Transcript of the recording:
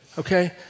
Okay